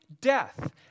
Death